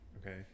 Okay